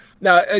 Now